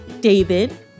David